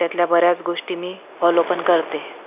त्यातल्या बऱ्याच गोष्टी मी फॉलो पण करते